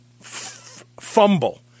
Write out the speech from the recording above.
fumble